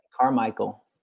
Carmichael